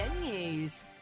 News